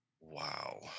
wow